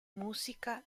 música